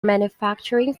manufacturing